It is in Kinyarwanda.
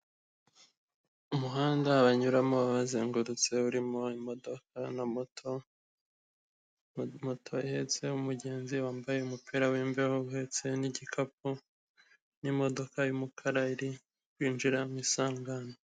Umuhanda abanyuramo bazengurutse urimo imodoka na moto, moto iheetse umugenzi wambaye umupira w'imbeho, uhetse n'igikapu, n'imodoka y'umukara iri kwinjira mu isangano.